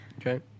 Okay